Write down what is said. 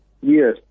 Yes